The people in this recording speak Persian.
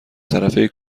طرفه